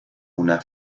una